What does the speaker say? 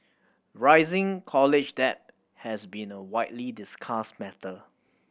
rising college debt has been a widely discussed matter